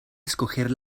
escoger